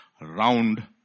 round